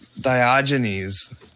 Diogenes